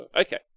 Okay